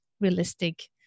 realistic